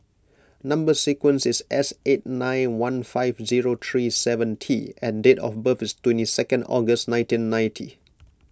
Number Sequence is S eight nine one five zero three seven T and date of birth is twenty second August nineteen ninety